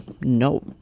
no